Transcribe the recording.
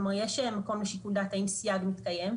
יש מקום לשיקול דעת האם סייג מתקיים,